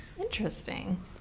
Interesting